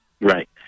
Right